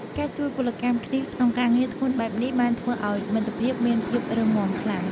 ការជួយពលកម្មគ្នាក្នុងការងារធ្ងន់បែបនេះបានធ្វើឱ្យមិត្តភាពមានភាពរឹងមាំខ្លាំង។